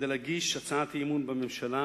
כדי להגיש הצעת אי-אמון בממשלה